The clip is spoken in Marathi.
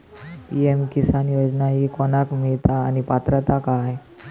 पी.एम किसान योजना ही कोणाक मिळता आणि पात्रता काय?